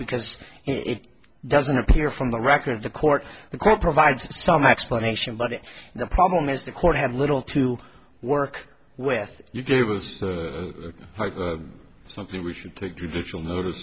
because it doesn't appear from the record of the court the court provides some explanation but the problem is the court had little to work with you gave us something we should take judicial notice